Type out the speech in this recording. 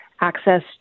access